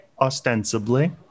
Ostensibly